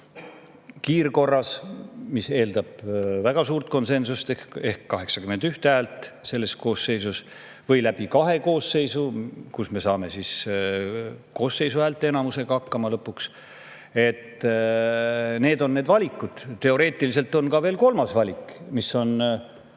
kiirkorras, mis eeldab väga suurt konsensust ehk 81 häält selles koosseisus, või kahe koosseisu jooksul, kui me saame lõpuks koosseisu häälteenamusega hakkama. Need on need valikud. Teoreetiliselt on veel kolmas valik, mis on